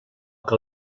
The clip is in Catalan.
que